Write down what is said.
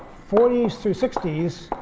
forty s through sixty s,